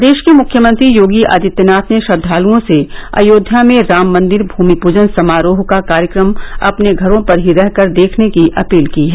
प्रदेश के मुख्यमंत्री योगी आदित्यनाथ ने श्रद्वालुओं से अयोध्या में राम मंदिर भूमि पूजन समारोह का कार्यक्रम अपने घरों पर ही रहकर देखने की अपील की है